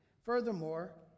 Furthermore